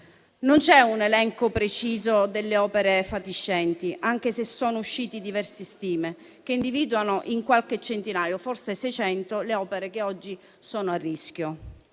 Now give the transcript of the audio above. Non c'è un elenco preciso delle opere fatiscenti, anche se sono uscite diverse stime che individuano in qualche centinaio, forse 600, le opere che oggi sono a rischio.